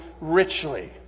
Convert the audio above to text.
richly